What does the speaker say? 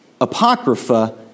Apocrypha